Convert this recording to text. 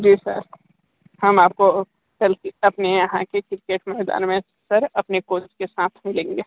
जी sir हम आपको कल अपने यहाँ के क्रिकेट मैदान में सर अपने कोच के साथ मिलेंगे